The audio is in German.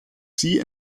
sie